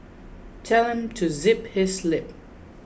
tell him to zip his lip